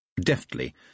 Deftly